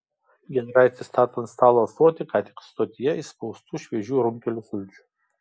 giedraitis stato ant stalo ąsotį ką tik stotyje išspaustų šviežių runkelių sulčių